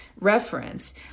reference